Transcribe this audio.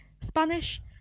Spanish